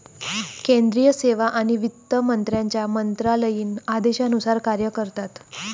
केंद्रीय सेवा आणि वित्त मंत्र्यांच्या मंत्रालयीन आदेशानुसार कार्य करतात